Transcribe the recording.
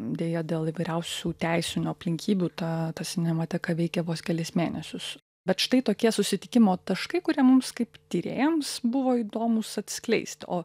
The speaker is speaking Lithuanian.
deja dėl įvairiausių teisinių aplinkybių ta ta sinemateka veikė vos kelis mėnesius bet štai tokie susitikimo taškai kurie mums kaip tyrėjams buvo įdomūs atskleist o